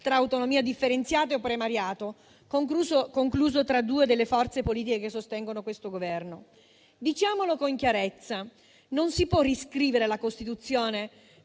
tra autonomia differenziata e premeriato, concluso tra due delle forze politiche che sostengono questo Governo. Diciamolo con chiarezza: non si può riscrivere la Costituzione